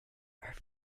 earth